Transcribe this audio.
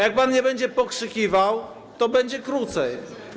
Jak pan nie będzie pokrzykiwał, to będzie krócej.